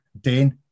Dane